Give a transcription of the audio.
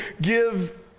give